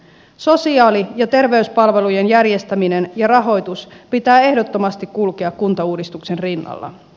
sosiaali ja terveyspalvelujen järjestämisen ja rahoituksen pitää ehdottomasti kulkea kuntauudistuksen rinnalla